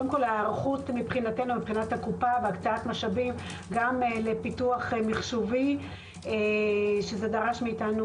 ההיערכות מבחינת הקופה והקצאת משאבים גם לפיתוח מחשובי שדרש מאתנו